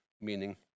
meaning